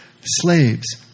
Slaves